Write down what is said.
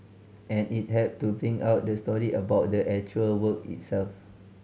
and it help to bring out the story about the actual work itself